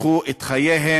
קיפחו את חייהם